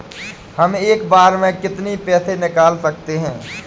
हम एक बार में कितनी पैसे निकाल सकते हैं?